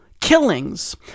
killings